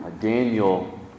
Daniel